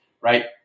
right